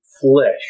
flesh